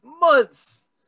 months